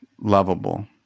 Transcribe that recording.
lovable